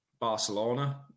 Barcelona